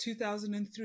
2003